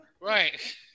Right